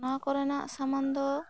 ᱱᱚᱣᱟ ᱠᱚᱨᱮᱱᱟᱜ ᱥᱟᱢᱟᱱ ᱫᱚ